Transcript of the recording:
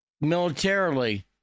militarily